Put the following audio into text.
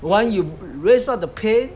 once you raise up the pain